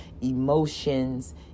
emotions